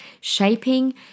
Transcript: shaping